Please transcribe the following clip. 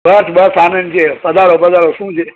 બસ બસ આનંદ છે પધારો પધારો શું છે